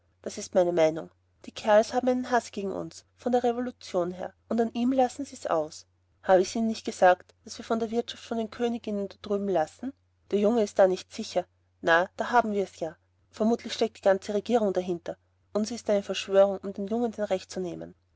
das ist meine meinung die kerls haben einen haß gegen uns von der revolution her und an ihm lassen sie's aus hab ich's ihnen nicht gesagt als wir von der wirtschaft von den königinnen da drüben lasen der junge ist da nicht sicher na da haben's wir ja vermutlich steckt die ganze regierung dahinter und s ist eine verschwörung um dem jungen sein recht zu nehmen